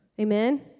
Amen